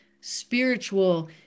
spiritual